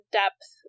depth